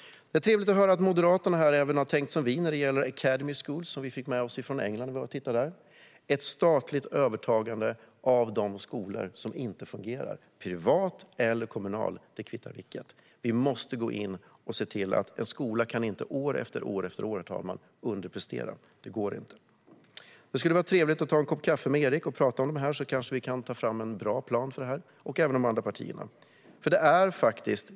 Det är trevligt att höra att även Moderaterna har tänkt som vi när det gäller academy schools, som vi fick med oss från England när vi var där - ett statligt övertagande av de skolor som inte fungerar; det kvittar om de är privata eller kommunala. Vi måste gå in och se till att en skola år efter år inte kan underprestera; det går inte. Det skulle vara trevligt att ta en kopp kaffe med Erik och prata om detta. Då kanske vi kan ta fram en bra plan för detta, även med de andra partierna. Herr talman!